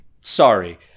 sorry